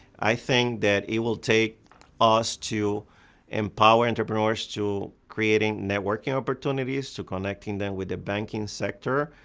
i think that it will take us to empower entrepreneurs, to creating networking opportunities, to connecting them with the banking sector,